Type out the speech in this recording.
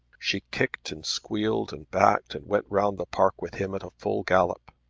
she kicked and squealed and backed and went round the park with him at a full gallop.